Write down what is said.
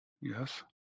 Yes